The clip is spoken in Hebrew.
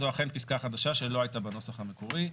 זאת אכן פסקה חדשה שלא היתה בנוסח המקורי,